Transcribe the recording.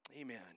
Amen